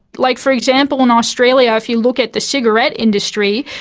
like, for example, in australia if you look at the cigarette industry,